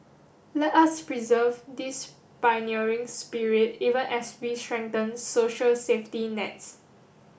let us preserve this pioneering spirit even as we strengthen social safety nets